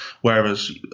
Whereas